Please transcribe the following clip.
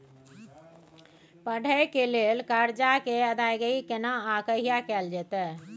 पढै के लिए लेल कर्जा के अदायगी केना आ कहिया कैल जेतै?